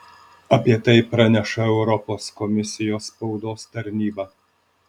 apie tai praneša europos komisijos spaudos tarnyba